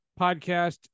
podcast